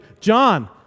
John